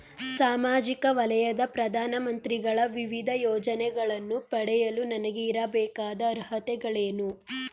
ಸಾಮಾಜಿಕ ವಲಯದ ಪ್ರಧಾನ ಮಂತ್ರಿಗಳ ವಿವಿಧ ಯೋಜನೆಗಳನ್ನು ಪಡೆಯಲು ನನಗೆ ಇರಬೇಕಾದ ಅರ್ಹತೆಗಳೇನು?